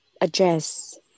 address